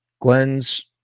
Glenn's